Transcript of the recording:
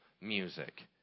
music